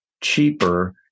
cheaper